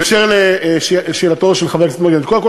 בהקשר של שאלתו של חבר הכנסת מרגלית: קודם כול,